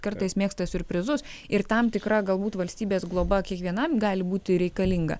kartais mėgsta siurprizus ir tam tikra galbūt valstybės globa kiekvienam gali būti reikalinga